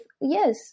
yes